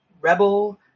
rebel